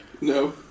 No